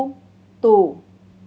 two